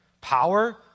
Power